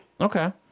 Okay